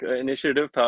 initiative